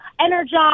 energized